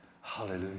hallelujah